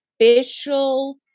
official